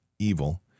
evil